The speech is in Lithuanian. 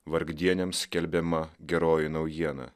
vargdieniams skelbiama geroji naujiena